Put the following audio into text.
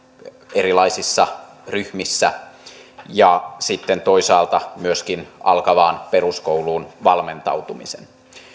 erilaisissa ryhmissä ja sitten toisaalta myöskin alkavaan peruskouluun valmentautumisen